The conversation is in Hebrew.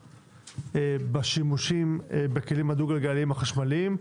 בשימושים בכלים בדו-גלגליים החשמליים.